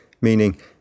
meaning